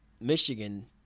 Michigan